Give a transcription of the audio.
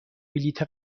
بلیط